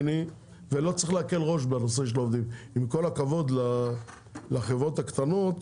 ולא צריך להקל ראש על עניין העובדים עם כל הכבוד לחברות הקטנות,